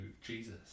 Jesus